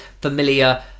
familiar